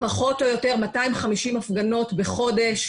פחות או יותר 250 הפגנות בחודש.